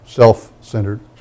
self-centered